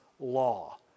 law